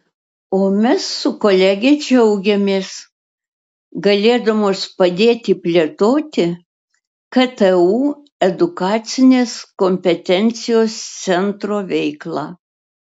o mes su kolege džiaugiamės galėdamos padėti plėtoti ktu edukacinės kompetencijos centro veiklą